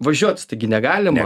važiuot taigi negalima